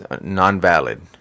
non-valid